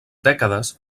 dècades